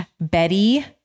betty